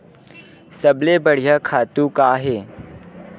सबले बढ़िया खातु का हे?